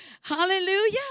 Hallelujah